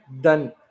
Done